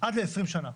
עד ל 20 שנה.